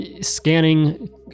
scanning